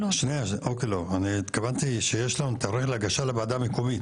התכוונתי שיש לנו תאריך להגשה לוועדה המקומית.